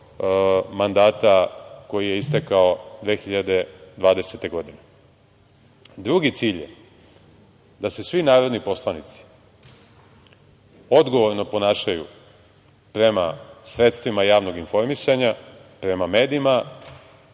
mandata koji je istekao 2020. godine. Drugi cilj je da se svi narodni poslanici odgovorno ponašaju prema sredstvima javnog informisanja, prema medijima,